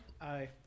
Aye